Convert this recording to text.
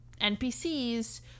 npcs